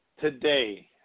today